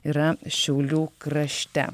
yra šiaulių krašte